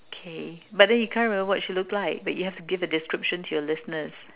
okay but then you can't remember what she looked like but you have to give the description to your listeners